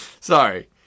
Sorry